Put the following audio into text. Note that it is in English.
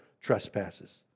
trespasses